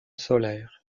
solaire